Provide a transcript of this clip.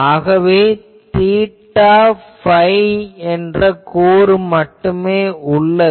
ஆகவே theta phi கூறு மட்டுமே உள்ளது